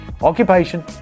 occupation